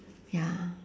ya